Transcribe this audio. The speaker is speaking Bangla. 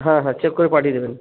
হ্যাঁ হ্যাঁ চেক করে পাঠিয়ে দেবেন